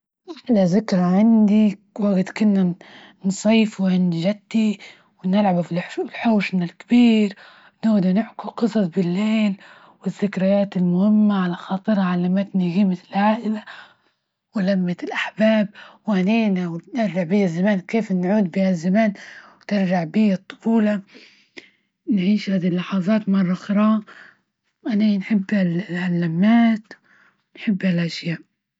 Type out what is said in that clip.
أحلى فكرة عندي وقت كنا نصيف عند جدي ونلعب في الحوش الكبير، نقعد نحكوا قصص بالليل، والزكريات المهمة على خاطرها علمتني جيمة العائلة ولمت الأحباب، وأنينا لو رجع بيا الزمان كيف نعود بهالزمان؟ ترجع بيا الطفولةنعيش هذه اللحظات مرة أخري، أنا نحب اللمات ونحب الأشياء.